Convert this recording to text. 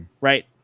right